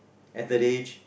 at that age